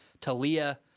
Talia